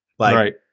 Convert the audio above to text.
Right